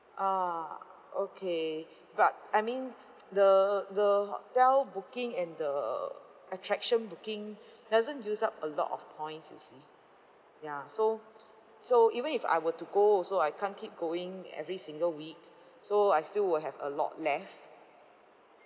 ah okay but I mean the the hotel booking and the attraction booking doesn't use up a lot of points you see ya so so even if I were to go also I can't keep going every single week so I still will have a lot left